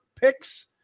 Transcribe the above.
picks